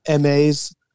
MAs